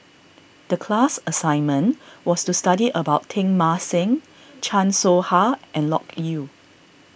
the class assignment was to study about Teng Mah Seng Chan Soh Ha and Loke Yew